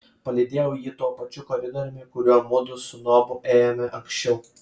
palydėjau jį tuo pačiu koridoriumi kuriuo mudu su nobu ėjome anksčiau